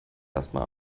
erstmal